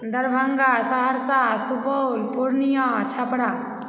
Darbhanga Saharsa Supaul Purnia Chhapra